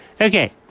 Okay